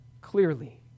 clearly